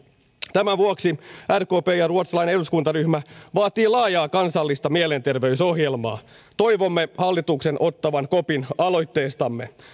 tämän vuoksi rkp ja ruotsalainen eduskuntaryhmä vaativat laajaa kansallista mielenterveysohjelmaa toivomme hallituksen ottavan kopin aloitteestamme